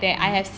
mmhmm